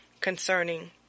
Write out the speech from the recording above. concerning